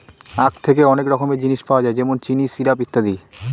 আঁখ থেকে অনেক রকমের জিনিস পাওয়া যায় যেমন চিনি, সিরাপ, ইত্যাদি